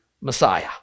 Messiah